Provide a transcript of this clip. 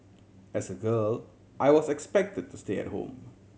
as a girl I was expected to stay at home